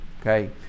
Okay